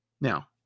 Now